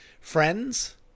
Friends